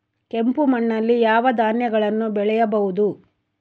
ಕೆಂಪು ಮಣ್ಣಲ್ಲಿ ಯಾವ ಧಾನ್ಯಗಳನ್ನು ಬೆಳೆಯಬಹುದು?